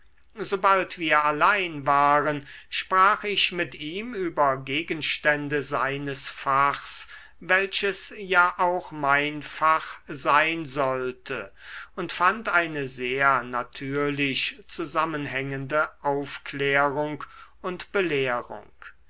sobald wir allein waren sprach ich mit ihm über gegenstände seines fachs welches ja auch mein fach sein sollte und fand eine sehr natürlich zusammenhängende aufklärung und belehrung